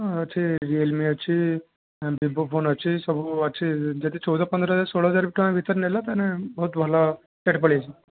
ହଁ ଅଛି ରିଏଲମି ଅଛି ଭିବୋ ଫୋନ ଅଛି ସବୁ ଅଛି ଯଦି ଚଉଦ ପନ୍ଦର ହଜାର ଷୋଳହ ହଜାର ଟଙ୍କା ଭିତରେ ନେଲ ତାହେଲେ ବହୁତ ଭଲ ରେଟ ପଳାଇ ଆସିବ